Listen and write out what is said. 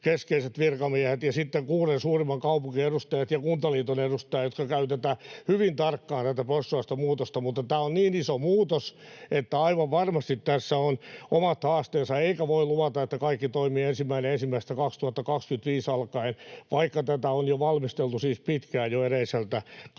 keskeiset virkamiehet ja sitten kuuden suurimman kaupungin edustajat ja Kuntaliiton edustaja, jotka käyvät hyvin tarkkaan tätä muutosta läpi. Tämä on niin iso muutos, että aivan varmasti tässä on omat haasteensa, eikä voi luvata, että kaikki toimii 1.1.2025 alkaen, vaikka tätä on siis valmisteltu jo pitkään, jo edelliseltä kaudelta